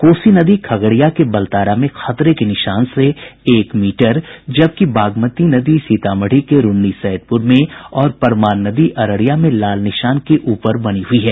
कोसी नदी खगड़िया के बलतारा में खतरे के निशान से एक मीटर जबकि बागमती नदी सीतामढ़ी के रून्नी सैदपुर में और परमान नदी अररिया में लाल निशान के ऊपर बनी हुई है